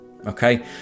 okay